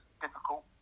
difficult